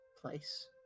place